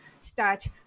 start